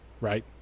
right